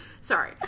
sorry